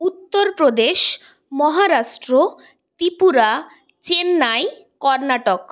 Uttar Pradesh Maharashtra Tripura Chennai Karnataka